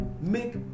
make